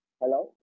Hello